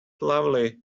lovely